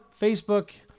Facebook